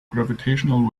gravitational